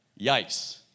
Yikes